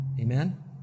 Amen